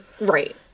right